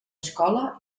escola